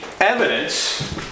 evidence